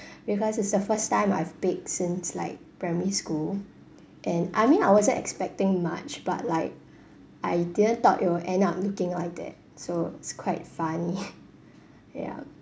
because it's the first time I've baked since like primary school and I mean I wasn't expecting much but like I didn't thought it will end up looking like that so it's quite funny yup